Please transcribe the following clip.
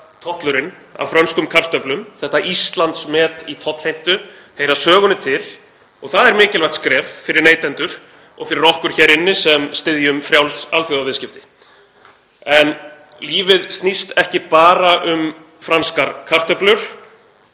þetta Íslandsmet í tollheimtu, heyra sögunni til og það er mikilvægt skref fyrir neytendur og fyrir okkur hér inni sem styðjum frjáls alþjóðaviðskipti. En lífið snýst ekki bara um franskar kartöflur.